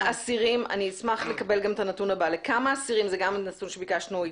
אני אשמח לקבל את הנתון הבא שגם אותו ביקשנו.